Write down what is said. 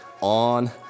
on